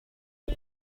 you